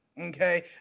okay